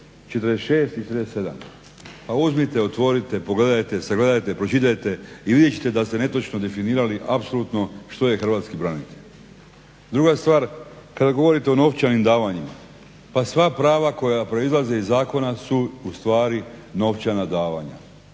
46. i 47. Pa uzmite, otvorite, pogledajte, sagledajte, pročitajte i vidjet ćete da ste netočno definirali apsolutno što je hrvatski branitelj. Druga stvar kada govorite o novčanim davanjima. Pa sva prava koja proizlaze iz zakona su u stvari novčana davanja.